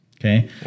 Okay